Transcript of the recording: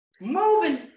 Moving